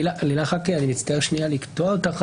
אני מצטער לקטוע את דבריך,